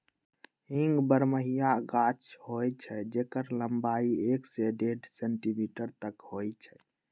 हींग बरहमसिया गाछ होइ छइ जेकर लम्बाई एक से डेढ़ सेंटीमीटर तक होइ छइ